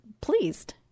pleased